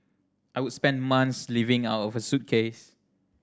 I would spend months living out of a suitcase